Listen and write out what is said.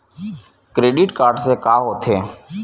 Credit से का होथे?